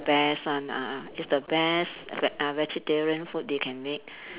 best one ah ah it's the best veg~ uh vegetarian food they can make